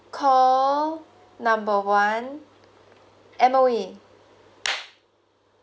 call number one M_O_E